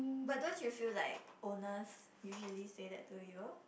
but don't you feel like owners usually say that to you